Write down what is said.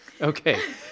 okay